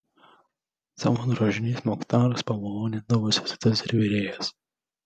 savo drožiniais muchtaras pamalonindavo sesutes ir virėjas